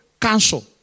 cancel